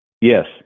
Yes